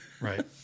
right